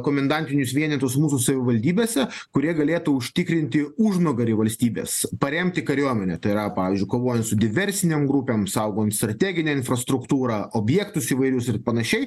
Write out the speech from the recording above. komendantinius vienetus mūsų savivaldybėse kurie galėtų užtikrinti užnugarį valstybės paremti kariuomenę tai yra pavyzdžiui kovojant su diversinėm grupėm saugant strateginę infrastruktūrą objektus įvairius ir panašiai